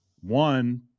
one